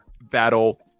battle